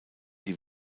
die